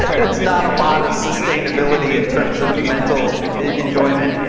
that's not a lot of sustainability in terms of mental enjoyment,